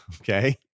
Okay